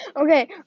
Okay